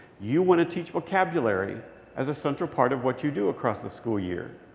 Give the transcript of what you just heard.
you want to teach vocabulary as a central part of what you do across the school year.